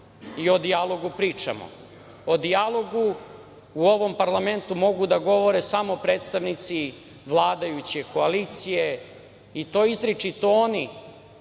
i o dijalogu pričamo. O dijalogu u ovom parlamentu mogu da govore samo predstavnice vladajuće koalicije, i to izričito oni